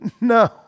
no